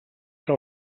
que